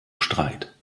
streit